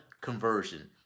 conversion